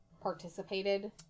participated